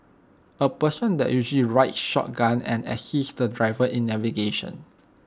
A person that usually rides shotgun and assists the driver in navigation